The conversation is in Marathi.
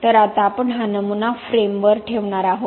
तर आता आपण हा नमुना फ्रेमवर ठेवणार आहोत